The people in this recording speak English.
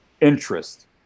interest